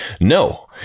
No